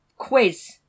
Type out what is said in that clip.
quiz